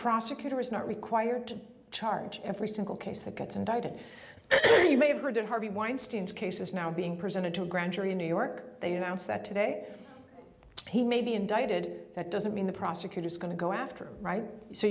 prosecutor is not required to charge every single case that gets indicted you may have heard in harvey weinstein's cases now being presented to a grand jury in new york they announce that today he may be indicted that doesn't mean the prosecutor is going to go after right so